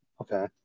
Okay